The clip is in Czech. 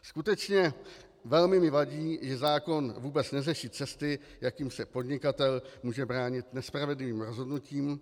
Skutečně mi velmi vadí, že zákon vůbec neřeší cesty, jakým se podnikatel může bránit nespravedlivým rozhodnutím.